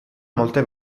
molte